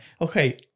Okay